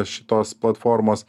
šitos platformos